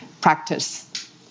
practice